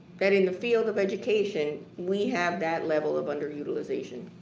that in the field of education, we have that level of underutilization.